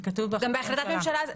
גם בהחלטת ממשלה.